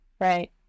Right